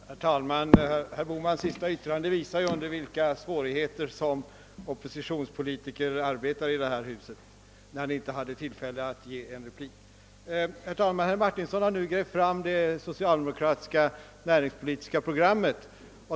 Herr talman! Herr Bohmans senaste yttrande visar ju under vilka svårigheter oppositionspolitiker arbetar i detta hus, när han inte hade tillfälle att ge en replik. Herr Martinsson har nu grävt fram det socialdemokratiska näringspolitiska programmet.